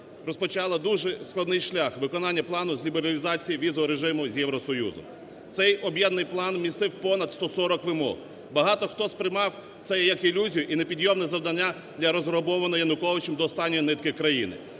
розпочала дуже складний шлях виконання плану з лібералізації візового режиму з Євросоюзом. Цей об'єднаний план містив понад 140 вимог. Багато хто сприймав це як ілюзію і непідйомне завдання для розграбованої Януковичем до останньої нитки країни